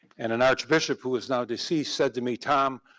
and an archbishop who is now deceased said to me, tom,